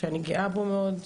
שאני גאה בו מאוד,